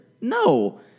No